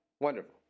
Wonderful